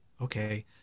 okay